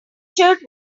shirt